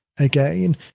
again